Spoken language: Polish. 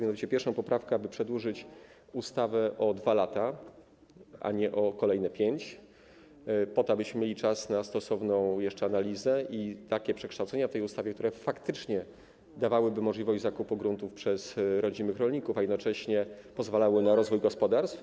Mianowicie pierwsza poprawka polega na tym, aby przedłużyć ustawę o 2 lata, a nie o kolejne 5, po to abyśmy mieli jeszcze czas na stosowną analizę i takie przekształcenia w tej ustawie, które faktycznie dawałyby możliwość zakupu gruntów przez rodzimych rolników, a jednocześnie pozwalały na rozwój gospodarstw.